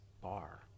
bar